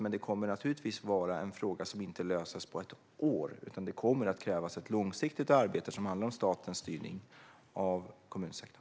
Men det kommer naturligtvis att vara en fråga som inte löses på ett år, utan det kommer att krävas ett långsiktigt arbete som handlar om statens styrning av kommunsektorn.